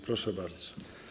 Proszę bardzo.